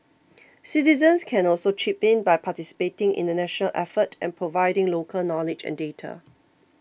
citizens can also chip in by participating in the national effort and providing local knowledge and data